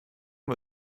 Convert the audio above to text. wir